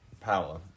power